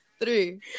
three